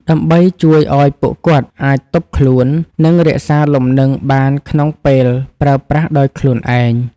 ដើម្បីជួយឱ្យពួកគាត់អាចទប់ខ្លួន និងរក្សាលំនឹងបានក្នុងពេលប្រើប្រាស់ដោយខ្លួនឯង។